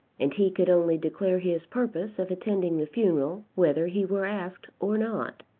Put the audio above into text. and he could only declare his purpose of attending the funeral whether he were asked or not.